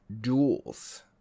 Duels